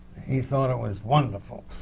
he thought it was wonderful.